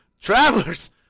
travelers